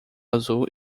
azul